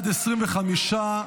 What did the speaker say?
בעד, 25,